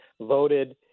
voted